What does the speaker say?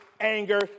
anger